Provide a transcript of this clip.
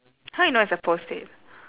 how you know it's a Post-it